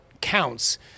counts